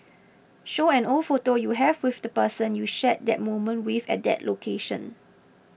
show an old photo you have with the person you shared that moment with at that location